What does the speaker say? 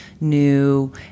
new